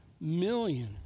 million